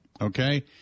Okay